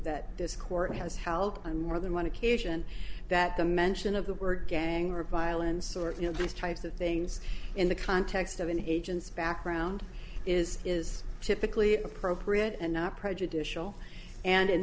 this court has held on more than one occasion that the mention of the word gang revile and sort you know these types of things in the context of an agent's background is is typically appropriate and not prejudicial and in